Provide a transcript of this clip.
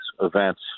events